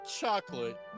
Chocolate